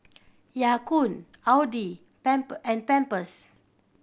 Ya Kun Audi and Pampers